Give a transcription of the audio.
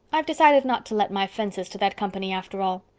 i've decided not to let my fences to that company after all.